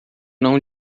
não